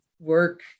work